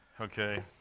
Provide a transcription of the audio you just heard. Okay